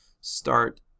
start